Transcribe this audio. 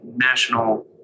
national